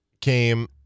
came